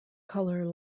color